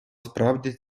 справді